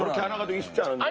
on on the stove.